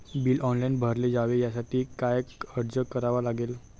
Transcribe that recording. Bill online भरले जावे यासाठी काय अर्ज करावा लागेल?